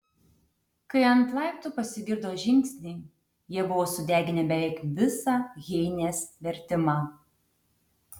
kai ant laiptų pasigirdo žingsniai jie buvo sudeginę beveik visą heinės vertimą